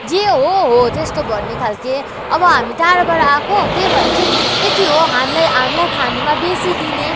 जे हो हो त्यस्तो भन्ने खालके अब हामी टाढोबाट आएको त्यही भएर चाहिँ यति हो हामीलाई हामीलाई खानामा बेसी लिने